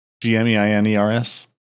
G-M-E-I-N-E-R-S